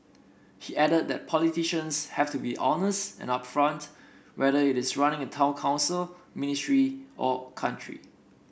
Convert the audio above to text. he added that politicians have to be honest and upfront whether it is running a town council ministry or country